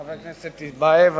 חבר הכנסת טיבייב.